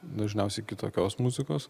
dažniausiai kitokios muzikos